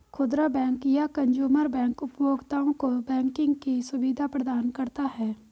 खुदरा बैंक या consumer bank उपभोक्ताओं को बैंकिंग की सुविधा प्रदान करता है